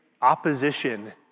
opposition